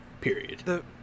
Period